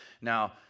Now